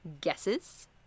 Guesses